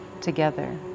together